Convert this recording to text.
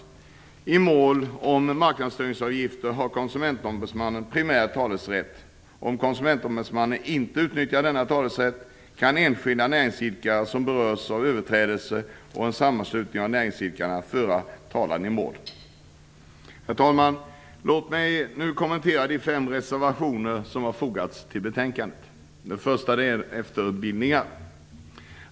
I mål om marknadsstörningsavgifter har Konsumentombudsmannen primär talerätt. Om Konsumentombudsmannen inte utnyttjar denna talerätt kan enskilda näringsidkare som berörs av överträdelsen och en sammanslutning av näringsidkare föra talan i målet. Herr talman! Låt mig nu kommentera de fem reservationer som har fogats till betänkandet. Den första handlar om efterbildningar.